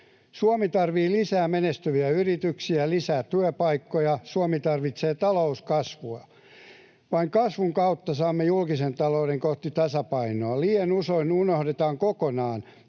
Suomi tarvitsee lisää menestyviä yrityksiä ja lisää työpaikkoja. Suomi tarvitsee talouskasvua. Vain kasvun kautta saamme julkisen talouden kohti tasapainoa. Liian usein unohdetaan kokonaan,